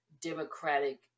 Democratic